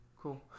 Cool